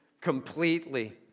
completely